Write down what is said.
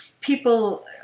People